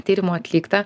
tyrimų atlikta